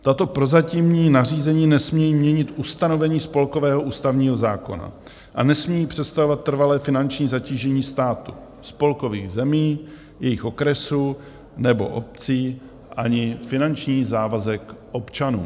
Tato prozatímní nařízení nesmějí měnit ustanovení spolkového ústavního zákona a nesmějí představovat trvalé finanční zatížení státu, spolkových zemí, jejich okresů nebo obcí ani finanční závazek občanů.